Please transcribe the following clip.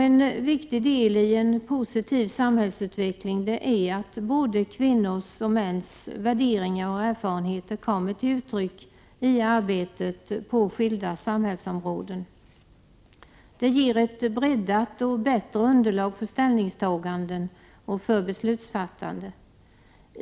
En viktig del i en positiv samhällsutveckling är att både kvinnors och mäns värderingar och erfarenheter kommer till uttryck i arbetet på skilda samhällsområden. Det ger ett breddat och bättre underlag för ställningstaganden och för beslutsfattande.